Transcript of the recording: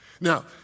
Now